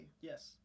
Yes